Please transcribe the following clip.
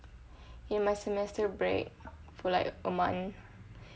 in my semester break for like a month